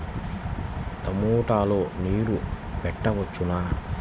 టమాట లో నీరు పెట్టవచ్చునా?